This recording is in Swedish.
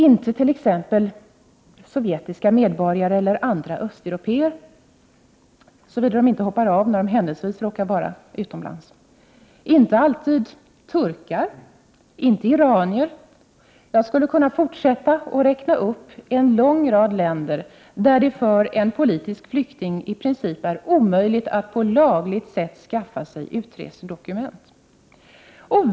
Inte t.ex. sovjetiska medborgare eller andra östeuropéer, såvida de inte hoppar av när de händelsevis råkar vara utomlands. Inte alltid turkar. Inte iranier. Jag skulle kunna fortsätta att räkna upp en lång rad länder där det för en politisk flykting i princip är omöjligt att på lagligt sätt skaffa sig utresedokument.